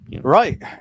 right